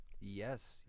Yes